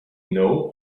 know